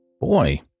Boy